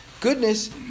Goodness